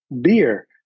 beer